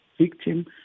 victim